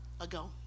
ago